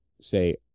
say